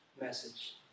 message